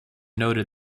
noted